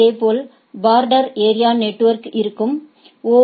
இதேபோல் border area network இல் இருக்கும் ஓ